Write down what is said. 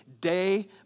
Day